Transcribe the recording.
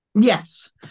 Yes